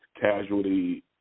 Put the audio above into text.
casualty